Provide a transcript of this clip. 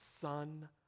Son